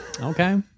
Okay